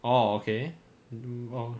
oh okay um